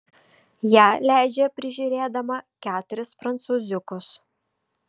ją leidžia prižiūrėdama keturis prancūziukus